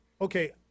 okay